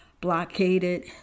blockaded